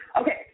Okay